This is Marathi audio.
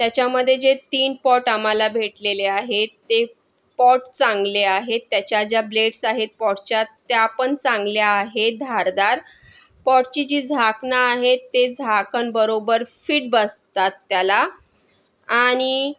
त्याच्यामध्ये जे तीन पॉट आम्हाला भेटलेले आहेत ते पॉट चांगले आहेत त्याच्या ज्या ब्लेडस आहे पॉटच्या त्या पण चांगल्या आहेत धारदार पॉटची जी झाकणं आहेत ते झाकण बरोबर फिट बसतात त्याला आणि